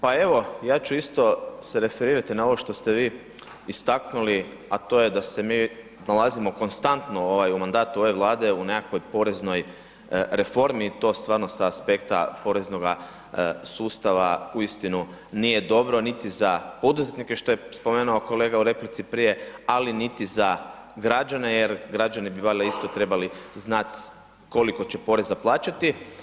Pa evo, ja ću isto se referirati na ovo što ste vi istaknuli, a to je da se mi nalazimo konstantno ovaj u mandatu ove Vlade u nekakvoj poreznoj reformi i to stvarno sa aspekta poreznoga sustava uistinu nije dobro niti za poduzetnike što je spomenuo kolega u replici prije, ali niti za građane jer građani bi valjda isto trebali znat koliko će poreza plaćati.